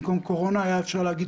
במקום קורונה היה אפשר להגיד,